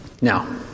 Now